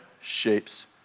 shapes